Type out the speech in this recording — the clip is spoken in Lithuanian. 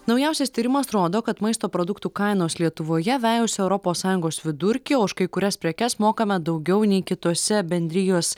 naujausias tyrimas rodo kad maisto produktų kainos lietuvoje vejasi europos sąjungos vidurkį o už kai kurias prekes mokame daugiau nei kitose bendrijos